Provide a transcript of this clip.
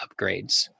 upgrades